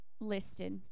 listed